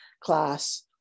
class